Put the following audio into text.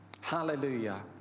Hallelujah